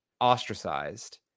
ostracized